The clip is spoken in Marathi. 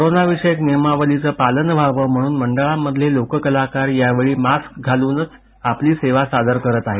कोरोनाविषयक नियमावलीचं पालन व्हावं म्हणून मंडळांमधले लोककलाकार यावेळी मास्क घालूनच आपली सेवा सादर करत आहेत